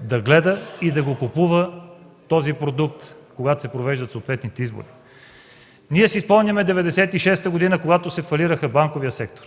да гледа и да купува този продукт, когато се провеждат съответните избори. Ние си спомняме 1996 г., когато се фалира банковият сектор.